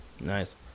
nice